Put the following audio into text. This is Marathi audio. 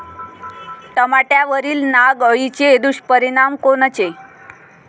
टमाट्यावरील नाग अळीचे दुष्परिणाम कोनचे?